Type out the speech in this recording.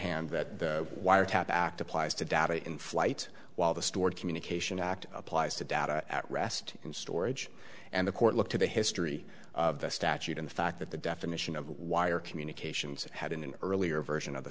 shorthand that wiretap act applies to data in flight while the stored communication act applies to data at rest and storage and the court look to the history of the statute in the fact that the definition of wire communications had in an earlier version of the